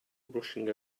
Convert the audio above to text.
rushing